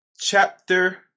chapter